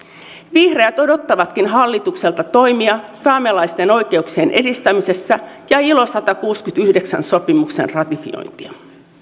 vihreät odottavatkin hallitukselta toimia saamelaisten oikeuksien edistämisessä ja ilo satakuusikymmentäyhdeksän sopimuksen ratifiointia